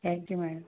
thank you madam